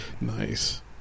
Nice